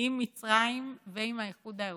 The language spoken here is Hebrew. עם מצרים ועם האיחוד האירופי.